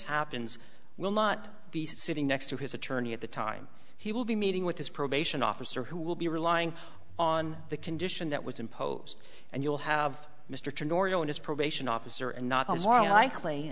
happens will not be sitting next to his attorney at the time he will be meeting with his probation officer who will be relying on the condition that was imposed and you'll have mr norton on his probation officer and not i was more likely